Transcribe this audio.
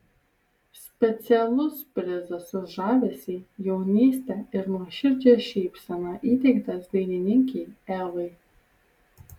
specialus prizas už žavesį jaunystę ir nuoširdžią šypseną įteiktas dainininkei evai